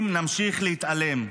אם נמשיך להתעלם,